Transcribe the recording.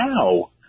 now